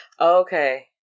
Okay